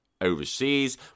overseas